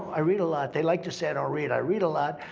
i read a lot. they like to say i don't read. i read a lot.